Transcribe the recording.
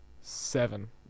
seven